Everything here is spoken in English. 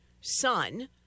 son